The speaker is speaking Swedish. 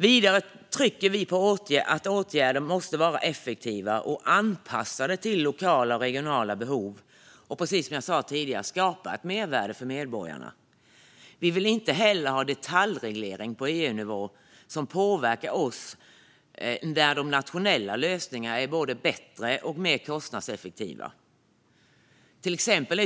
Vidare trycker vi på att åtgärder måste vara effektiva och anpassade till lokala och regionala behov och, som jag sa tidigare, skapa mervärde för medborgarna. Vi vill inte ha detaljreglering på EU-nivå som påverkar oss när de nationella lösningarna är bättre och mer kostnadseffektiva.